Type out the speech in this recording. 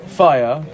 fire